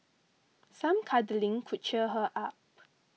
some cuddling could cheer her up